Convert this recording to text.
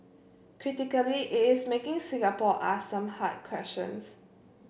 critically it is making Singapore ask some hard questions